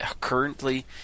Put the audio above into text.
currently